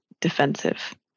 defensive